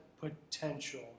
potential